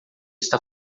está